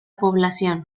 población